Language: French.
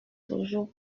toujours